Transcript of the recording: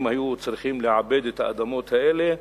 שהיו צריכים לעבד את האדמות האלה,